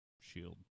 shield